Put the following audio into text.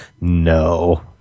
No